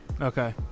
okay